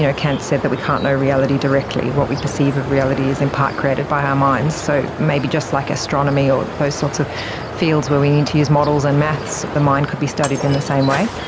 ah kant said that we can't know reality directly, what we perceive of reality is in part created by our minds. so maybe just like astronomy or those sorts of fields where we need to use models and maths, the mind could be studied in the same way.